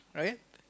right